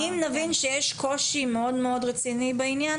אני רק אומרת שאם נבין שיש קושי מאוד מאוד רציני בעניין